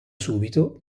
subito